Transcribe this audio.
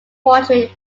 portrait